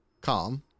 Calm